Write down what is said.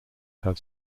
have